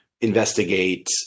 investigate